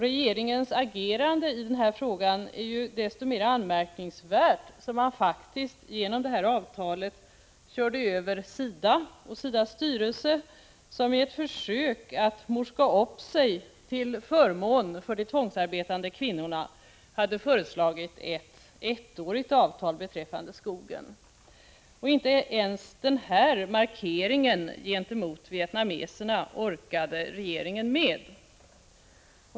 Regeringens agerande i den här frågan är desto mer anmärkningsvärt som man dessutom körde över SIDA:s styrelse, som i ett försök att morska upp sig till förmån för de tvångsarbetande kvinnorna hade föreslagit ett ettårigt avtal beträffande skogen. Inte ens denna markering gentemot vietnameserna orkade regeringen med.